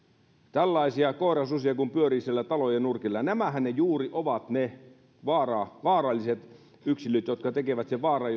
tällaisia koirasusia kun pyörii siellä talojen nurkilla nämähän juuri ovat ne vaaralliset yksilöt jotka tekevät sen vaaran